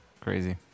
crazy